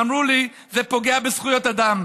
אמרו לי: זה פוגע בזכויות אדם.